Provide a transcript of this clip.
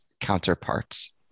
counterparts